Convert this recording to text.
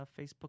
Facebook